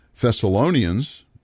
Thessalonians